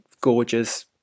gorgeous